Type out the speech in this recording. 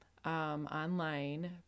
Online